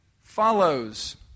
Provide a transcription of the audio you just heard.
follows